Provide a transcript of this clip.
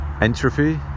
entropy